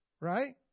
right